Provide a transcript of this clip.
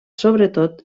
sobretot